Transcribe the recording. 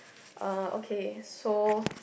uh okay so